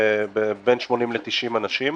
בין 80 90 אנשים